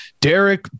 Derek